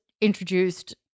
introduced